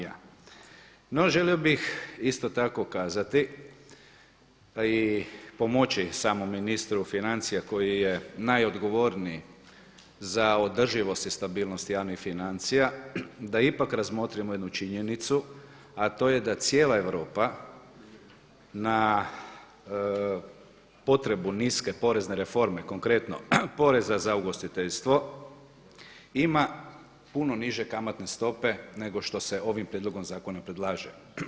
No želio bih isto tako kazati pa i pomoći samom ministru financija koji je najodgovorniji za održivost i stabilnost javnih financija da ipak razmotrimo jednu činjenicu a to je da cijela Europa na potrebu niske porezne reforme, konkretno poreza za ugostiteljstvo ima puno niže kamatne stope nego što se ovim prijedlogom zakona predlaže.